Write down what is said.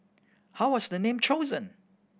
how was the name chosen